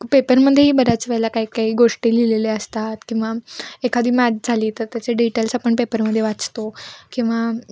पेपरमध्येही बऱ्याच वेळेला काही काही गोष्टी लिहिलेल्या असतात किंवा एखादी मॅच झाली तर त्याचे डिटेल्स आपण पेपरमध्ये वाचतो किंवा